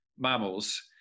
mammals